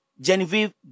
Genevieve